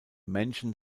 menschen